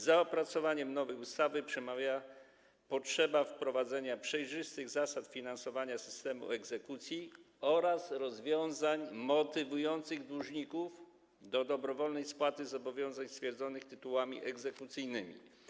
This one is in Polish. Za opracowaniem nowej ustawy przemawia potrzeba wprowadzenia przejrzystych zasad finansowania systemu egzekucji oraz rozwiązań motywujących dłużników do dobrowolnej spłaty zobowiązań stwierdzonych tytułami egzekucyjnymi.